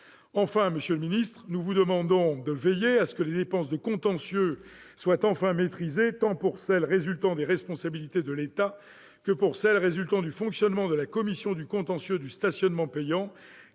Monsieur le ministre, nous vous demandons de veiller à ce que les dépenses de contentieux soient enfin maîtrisées, tant pour celles qui résultent des responsabilités de l'État que pour celles qui résultent du fonctionnement de la commission du contentieux du stationnement payant,